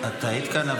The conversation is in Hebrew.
את היית כאן?